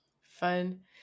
Fun